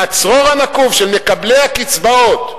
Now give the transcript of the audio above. מהצרור הנקוב של מקבלי הקצבאות,